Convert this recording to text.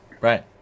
right